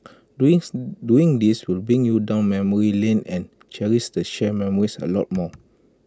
doing doing this will bring you down memory lane and cherish the shared memories A lot more